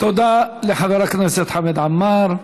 תודה לחבר הכנסת חמד עמאר.